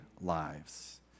lives